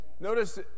Notice